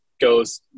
goes